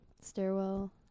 Stairwell